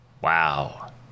Wow